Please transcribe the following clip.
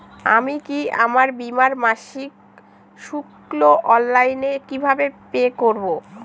আমি কি আমার বীমার মাসিক শুল্ক অনলাইনে কিভাবে পে করব?